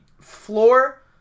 floor